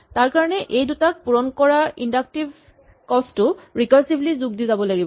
তাৰকাৰণে আমি এই দুটাক পূৰণ কৰাৰ ইন্ডাক্টিভ কষ্ত টো ৰিকাৰছিভলী যোগ দি যাব লাগিব